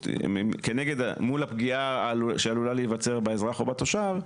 מול הפגיעה שעלולה להיווצר באזרח או בתושב,